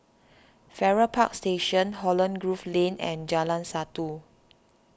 Farrer Park Station Holland Grove Lane and Jalan Satu